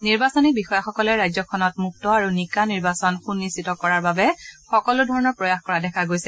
নিৰ্বাচনী বিষয়াসকলে ৰাজ্যখনত মুক্ত আৰু নিকা নিৰ্বাচন সুনিশ্চিত কৰাৰ বাবে সকলো ধৰণৰ প্ৰয়াস কৰা দেখা গৈছে